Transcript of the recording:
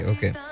Okay